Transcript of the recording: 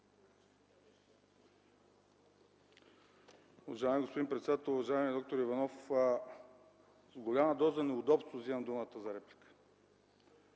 Уважаеми господин председател! Уважаеми д-р Иванов, с голяма доза неудобство вземам думата за реплика.